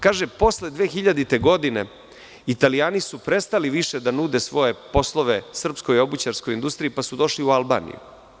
Kaže – posle 2000. godine, Italijani su prestali više da nude svoje poslove srpskoj obućarskoj industriji, pa su došli u Albaniju.